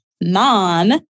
mom